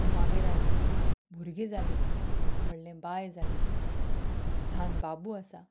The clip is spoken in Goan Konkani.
घोवागेर आयलें भुरगी जाली व्हडलें बाय जालें ल्हान बाबू आसा